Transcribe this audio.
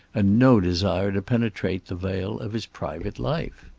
and no desire to penetrate the veil of his private life.